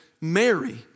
Mary